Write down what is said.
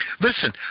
Listen